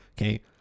Okay